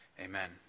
Amen